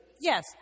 Yes